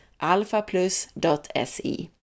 alphaplus.se